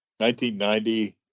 1990